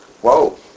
Whoa